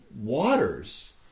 waters